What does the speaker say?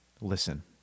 Listen